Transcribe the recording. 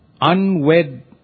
unwed